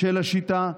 של השיטה,